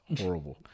horrible